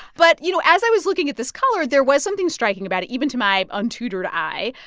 but you know, as i was looking at this color, there was something striking about it, even to my untutored eye.